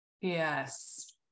Yes